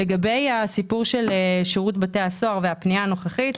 לגבי הסיפור של שירות בתי הסוהר והפנייה הנוכחית,